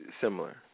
similar